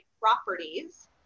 properties